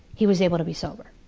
he was able to be sober.